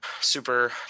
super